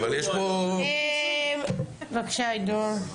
בבקשה, עידו.